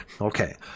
Okay